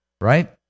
right